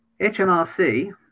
HMRC